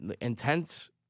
intense